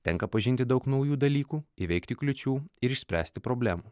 tenka pažinti daug naujų dalykų įveikti kliūčių ir išspręsti problemų